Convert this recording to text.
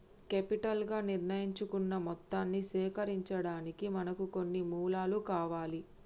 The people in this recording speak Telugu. కేపిటల్ గా నిర్ణయించుకున్న మొత్తాన్ని సేకరించడానికి మనకు కొన్ని మూలాలు కావాలి